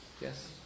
Yes